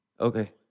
okay